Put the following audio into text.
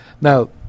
Now